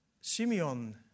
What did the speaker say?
Simeon